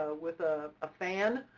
ah with ah a fan.